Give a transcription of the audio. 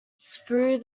through